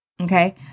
Okay